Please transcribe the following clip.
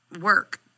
work